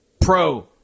Pro